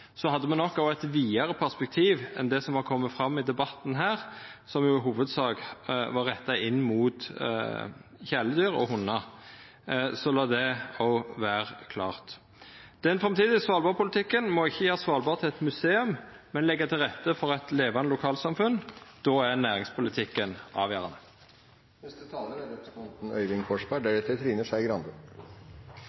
hadde me nok eit vidare perspektiv enn det som har kome fram i denne debatten, som i hovudsak har vore retta inn mot kjæledyr og hundar. Så lat det òg vera klart. Den framtidige Svalbard-politikken må ikkje gjera Svalbard til eit museum, men leggja til rette for eit levande lokalsamfunn. Då er næringspolitikken avgjerande. Det er